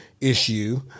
issue